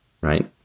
right